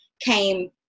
came